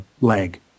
leg